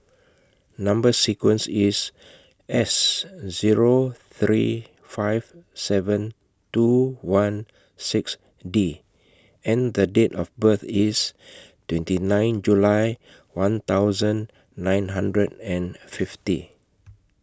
Number sequence IS S Zero three five seven two one six D and The Date of birth IS twenty nine July one thousand nine hundred and fifty